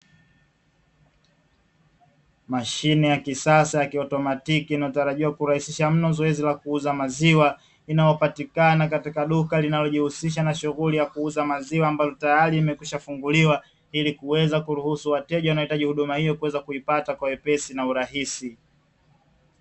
Mashine ya kisasa ya kiautomatiki inayotarajiwa kurahisisha mno zoezi la kuuza maziwa, linalopatikana katika duka linalojishughulisha na shughuli ya kuuza maziwa ili kuweza kuruhusu wateja waohitaji huduma hiyo kuweza kuipata kwa wepesi na urahisi.